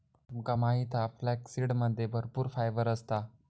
तुमका माहित हा फ्लॅक्ससीडमध्ये भरपूर फायबर असता